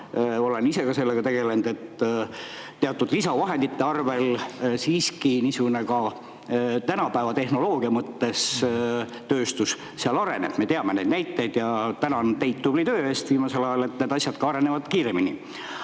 olen ise ka sellega tegelenud –, et teatud lisavahendite toel siiski tänapäeva tehnoloogia põhjal tööstus seal areneb. Me teame näiteid ja tänan teid tubli töö eest viimasel ajal, et need asjad arenevad kiiremini.